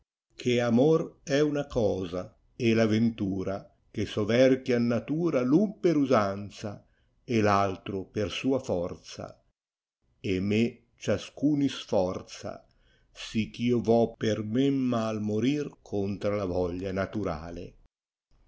che amor è una cosa e la ventura che soverchian natura là un per usanza e v altro per sua forza e ine ciascun isforza sicchio vo'per men male morir contra la voglia naturale